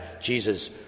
Jesus